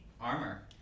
armor